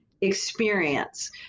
experience